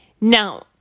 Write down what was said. Now